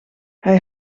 hij